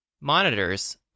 monitors